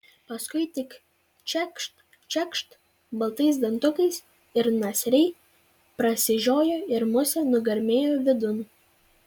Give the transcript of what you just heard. paskui tik čekšt čekšt baltais dantukais nasrai prasižiojo ir musė nugarmėjo vidun